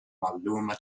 malluma